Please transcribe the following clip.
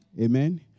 Amen